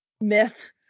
Myth